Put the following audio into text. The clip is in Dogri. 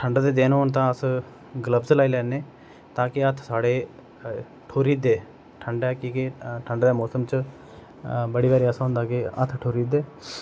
ठंड दे देन होन तां अस्स ग्लब्ज लाई लैने तांकि हत्थ स्हाड़े ठुरी दे ठंडा की कि ठंडा दे मौसम च बड़ी बारी ऐसा हुंदा के हत्थ ठुरी जंदे